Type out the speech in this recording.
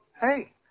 Hey